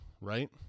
right